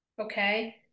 Okay